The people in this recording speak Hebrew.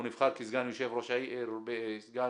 הוא נבחר כסגן ראש העיר בשפרעם.